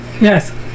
Yes